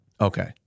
Okay